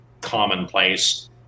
commonplace